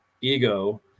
ego